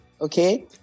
okay